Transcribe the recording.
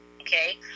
okay